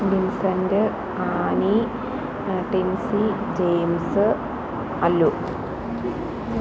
Vincent Annie Tincy James Allu